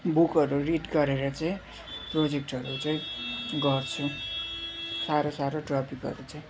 बुकहरू रिड गरेर चाहिँ प्रोजेक्टहरू चाहिँ गर्छु साह्रो साह्रो टपिकहरू चाहिँ